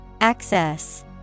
Access